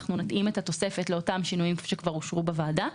אנחנו נתאים את התוספת לאותם שינויים שכבר אושרו בוועדה.